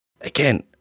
Again